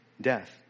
death